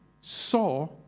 saw